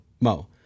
Mo